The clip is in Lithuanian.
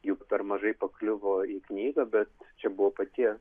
jų per mažai pakliuvo į knygą bet čia buvo paties